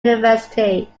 university